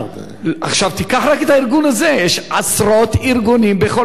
יש עשרות ארגונים בכל עיר, שעושים כל כך הרבה.